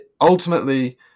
ultimately